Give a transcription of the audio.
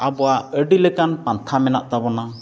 ᱟᱵᱚᱣᱟᱜ ᱟᱹᱰᱤᱞᱮᱠᱟᱱ ᱯᱟᱱᱛᱷᱟ ᱢᱮᱱᱟᱜ ᱛᱟᱵᱚᱱᱟ